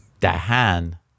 Dahan